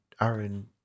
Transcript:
Aaron